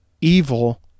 evil